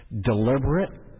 Deliberate